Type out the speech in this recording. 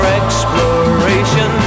exploration